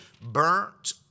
burnt